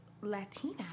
Latina